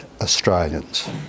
Australians